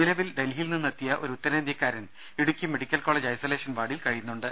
നിലവിൽ ഡൽഹിയിൽ നിന്നെത്തിയ ഒരു ഉത്തരേന്ത്യക്കാരൻ ഇടുക്കി മെഡിക്കൽ കോളേജ് ഐസൊലേഷൻ വാർഡിൽ കഴിയുന്നുണ്ട്